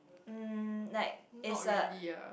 mm like is a